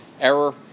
error